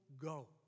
go